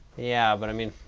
yeah, but i mean,